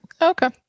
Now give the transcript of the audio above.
Okay